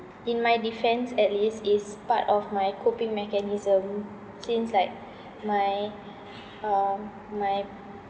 in my defence at least is part of my coping mechanism since like my um my